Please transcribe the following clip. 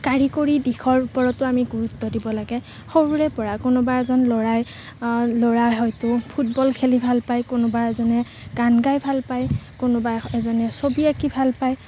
কাৰিকৰী দিশৰ ওপৰতো আমি গুৰুত্ব দিব লাগে সৰুৰেপৰা কোনোবা এজন ল'ৰাই ল'ৰা হয়তো ফুটবল খেলি ভাল পায় কোনোবা এজনে গান গাই ভাল পায় কোনোবা এজনে ছবি আঁকি ভাল পায়